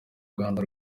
rwanda